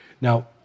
Now